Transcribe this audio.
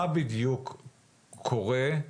מה בדיוק קורה,